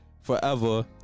forever